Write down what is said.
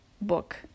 book